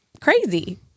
crazy